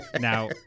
Now